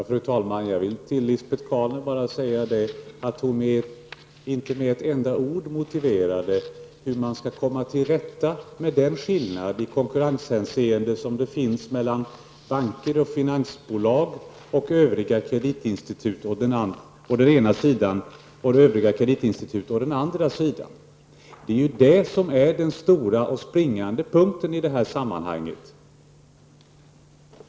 Fru talman! Lisbet Calner motiverade inte med ett enda ord hur man skall komma till rätta med den skillnad i konkurrenshänseende som finns mellan banker och finansbolag å ena sidan och övriga kreditinstitut å den andra. Det är den springande punkten i det här sammanhanget.